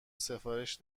سفارش